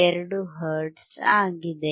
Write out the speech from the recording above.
2 hertz ಆಗಿದೆ